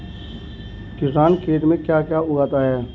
किसान खेत में क्या क्या उगाता है?